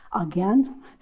again